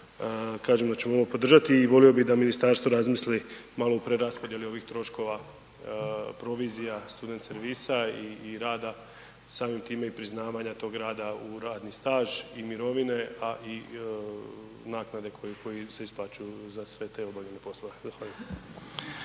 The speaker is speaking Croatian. kažem da ćemo ovo podržati volio bi da ministarstvo razmisli malo o preraspodjeli ovih troškova provizija student servisa i rada samim time i priznavanja tog rada u radni staž i mirovine, a i naknade koje se isplaćuju za sve te obavljene poslove. Zahvaljujem.